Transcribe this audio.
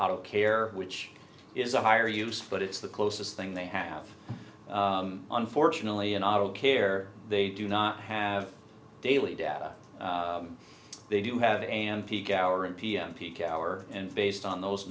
auto care which is a higher use foot it's the closest thing they have unfortunately an awful care they do not have daily data they do have an peak hour and p m peak hour and based on those